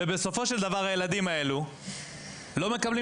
בסופו של דבר הילדים האלה לא מקבלים